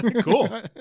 Cool